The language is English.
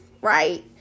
Right